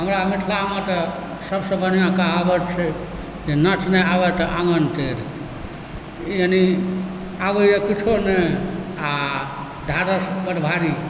हमरा मिथिलामे तऽ सबसँ बढ़िआँ कहावत छै जे नाँच नहि आबऽ तऽ आँगन टेढ़ यानि आबैए किछु नहि आ ढ़ाढ़स बड्ड भारी